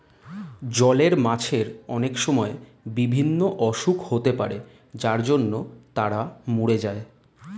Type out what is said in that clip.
জলের মাছের অনেক সময় বিভিন্ন অসুখ হতে পারে যার জন্য তারা মোরে যায়